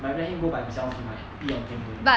but you let him go by himself he might pee on things again